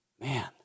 Man